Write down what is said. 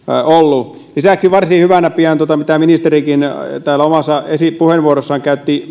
ollut lisäksi varsin hyvänä pidän minkä ministerikin täällä omassa puheenvuorossaan